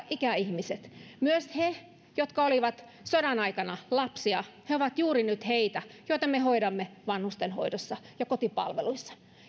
ikäihmisille myös heille jotka olivat sodan aikana lapsia he ovat juuri nyt niitä joita me hoidamme vanhustenhoidossa ja kotipalveluissa